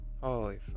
Holy